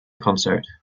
concert